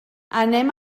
anem